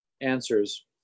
answers